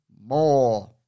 more